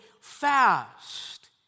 fast